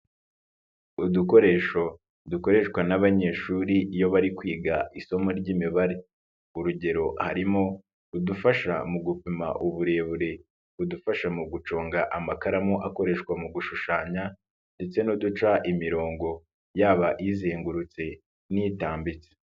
Udukoresho dukoreshwa n'abanyeshuri iyo bari kwiga isomo ry'imibare. Urugero harimo udufasha mu gupima uburebure, udufasha mu gucunga amakaramu akoreshwa mu gushushanya ndetse n'uduca imirongo, yaba izengurutse n'itambitse.